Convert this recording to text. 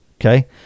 okay